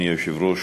אדוני היושב-ראש,